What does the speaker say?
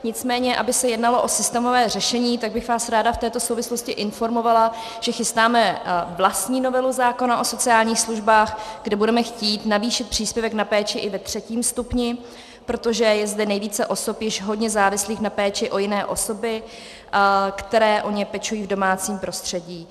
Nicméně aby se jednalo o systémové řešení, tak bych vás ráda v této souvislosti informovala, že chystáme vlastní novelu zákona o sociálních službách, kde budeme chtít navýšit příspěvek na péči i ve III. stupni, protože je zde nejvíce osob již hodně závislých na péči jiných osob, které o ně pečují v domácím prostředí.